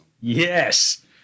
Yes